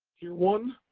tier one,